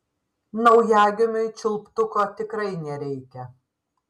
naujagimiui čiulptuko tikrai nereikia